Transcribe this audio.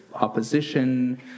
opposition